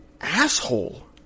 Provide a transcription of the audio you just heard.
asshole